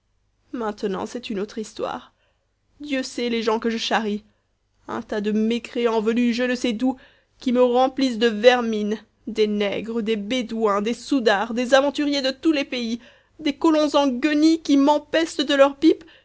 maintenant c'est une autre histoire dieu sait les gens que je charrie un tas de mécréants venus je ne sais d'où qui me remplissent de vermine des nègres des bédouins des soudards des aventuriers de tous les pays des colons en guenilles qui m'empestent de leurs pipes